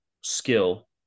skill